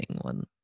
one